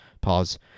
pause